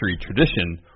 tradition